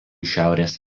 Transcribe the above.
šiaurės